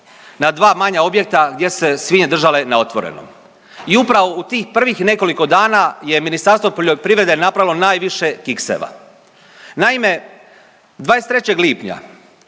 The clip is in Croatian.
na dva manja objekta gdje su se svinje držale na otvorenom. I upravo u tih prvih nekoliko dana je Ministarstvo poljoprivrede napravilo najviše kikseva. Naime, 23. lipnja